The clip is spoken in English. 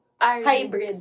hybrid